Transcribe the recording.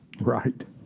right